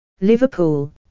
Liverpool